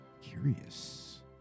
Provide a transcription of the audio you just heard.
Curious